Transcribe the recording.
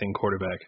quarterback